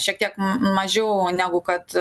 šiek tiek mažiau negu kad